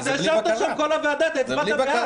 אתה ישבת בכל הוועדות, הצבעת בעד.